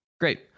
Great